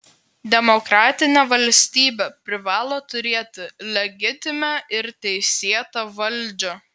demokratinė valstybė privalo turėti legitimią ir teisėtą valdžią